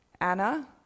Anna